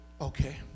okay